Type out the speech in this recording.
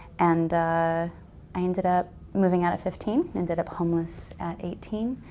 and i ended up moving out at fifteen. ended up homeless at eighteen.